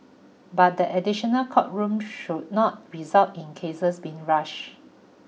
but the additional court room should not result in cases being rushed